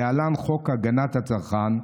להלן: חוק הגנת הצרכן,